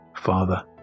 Father